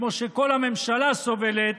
כמו שכל הממשלה סובלת